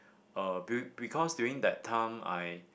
uh be~ because during that time I